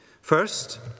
First